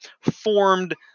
formed